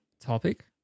topic